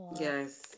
Yes